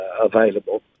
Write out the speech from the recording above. available